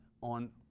on